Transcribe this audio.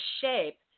shape